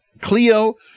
Clio